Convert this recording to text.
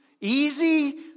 easy